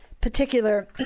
particular